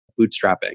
bootstrapping